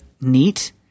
neat